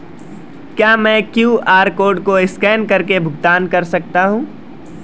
क्या मैं QR code को स्कैन करके भुगतान कर सकता हूं?